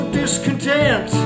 discontent